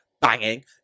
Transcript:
banging